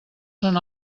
són